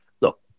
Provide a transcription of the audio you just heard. look